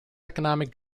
economic